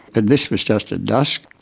and this was just at dusk,